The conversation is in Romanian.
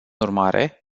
urmare